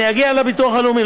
אני אגיע לביטוח הלאומי,